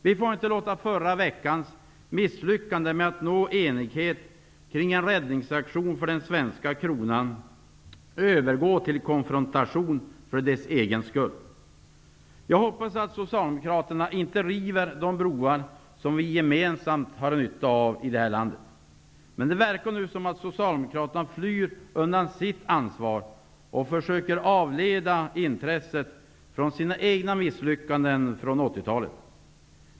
Vi får inte låta förra veckans misslyckande med att nå enighet kring en räddningsaktion för den svenska kronan övergå till konfrontation för konfrontationens egen skull. Jag hoppas att socialdemokraterna inte river de broar som vi gemensamt har nytta av här i landet. Men det verkar nu som om socialdemokraterna flyr undan sitt ansvar och försöker avleda intresset från sina egna misslyckanden under 1980-talet.